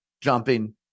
jumping